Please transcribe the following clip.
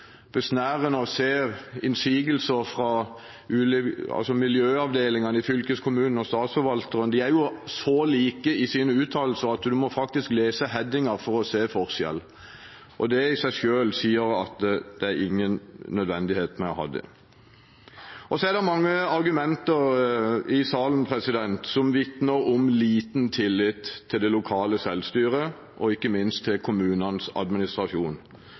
besnærende å se innsigelser fra miljøavdelingene i fylkeskommunen og fra statsforvalteren – de er jo så like i sine uttalelser at man faktisk må lese headingen for å se forskjell. Det i seg selv sier at det ikke er noen nødvendighet å ha det. Så er det mange argumenter i salen som vitner om liten tillit til det lokale selvstyret og ikke minst til kommunenes administrasjon.